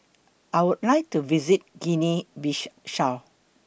I Would like to visit Guinea Bissau